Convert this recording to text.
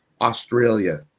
Australia